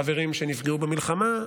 חברים שנפגעו במלחמה,